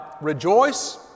rejoice